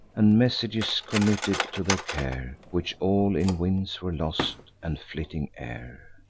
and messages committed to their care, which all in winds were lost, and flitting air.